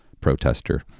protester